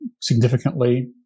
significantly